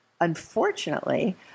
Unfortunately